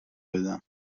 بدم